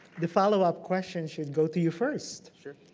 the followup question should go to you first. sure.